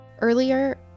Earlier